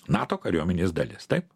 nato kariuomenės dalis taip